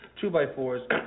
two-by-fours